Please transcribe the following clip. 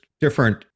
different